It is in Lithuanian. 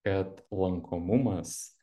kad lankomumas